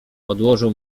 odłożył